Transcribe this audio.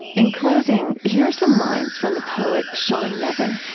in closing, here are some lines from the poet sean nevin,